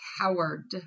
coward